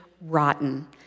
rotten